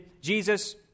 Jesus